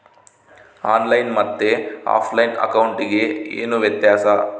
On line ಮತ್ತೆ offline ಅಕೌಂಟಿಗೆ ಏನು ವ್ಯತ್ಯಾಸ?